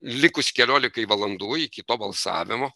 likus keliolikai valandų iki to balsavimo